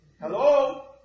Hello